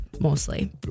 mostly